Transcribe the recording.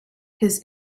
his